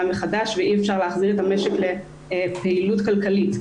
מחדש ואי-אפשר להחזיר את המשק לפעילות כלכלית.